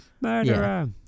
murderer